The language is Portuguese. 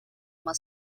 uma